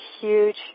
huge